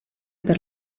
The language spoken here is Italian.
per